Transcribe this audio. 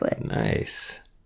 Nice